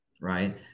right